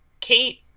Kate